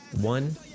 One